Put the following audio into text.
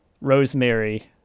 rosemary